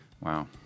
Wow